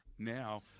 Now